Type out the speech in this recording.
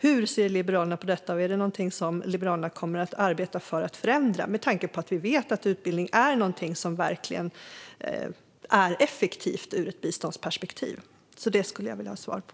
Hur ser Liberalerna på detta, och är det någonting som Liberalerna kommer att arbeta för att förändra med tanke på att vi vet att utbildning är någonting som verkligen är effektivt ur ett biståndsperspektiv. Det skulle jag vilja ha svar på.